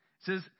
says